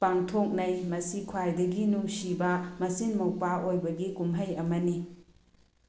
ꯄꯥꯡꯊꯣꯛꯅꯩ ꯃꯁꯤ ꯈ꯭ꯋꯥꯏꯗꯒꯤ ꯅꯨꯡꯁꯤꯕ ꯃꯆꯤꯜ ꯃꯧꯄ꯭ꯋꯥ ꯑꯣꯏꯕꯒꯤ ꯀꯨꯝꯍꯩ ꯑꯃꯅꯤ